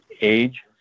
age